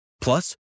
Plus